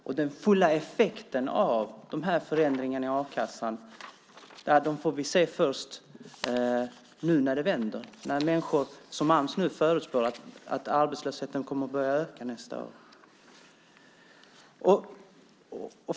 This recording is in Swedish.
Den fulla effekten av förändringarna i a-kassan får vi se först nu när det vänder. Ams förutspår att arbetslösheten kommer att börja öka nästa år.